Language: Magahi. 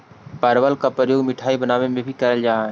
परवल के प्रयोग मिठाई बनावे में भी कैल जा हइ